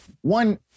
one